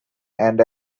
and